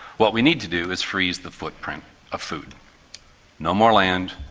what we need to do is freeze the footprint of food no more land,